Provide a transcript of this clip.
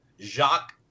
jacques